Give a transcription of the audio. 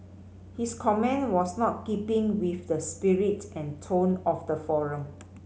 his comment was not keeping with the spirit and tone of the forum